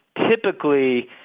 Typically